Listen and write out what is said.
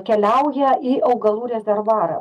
keliauja į augalų rezervuarą